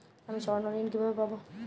আমি স্বর্ণঋণ কিভাবে পাবো?